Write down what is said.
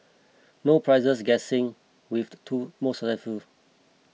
no prizes guessing with the two more successful